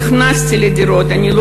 שנכנסתי לדירות עם חלק מהעולים.